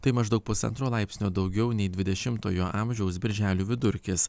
tai maždaug pusantro laipsnio daugiau nei dvidešimtojo amžiaus birželių vidurkis